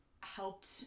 helped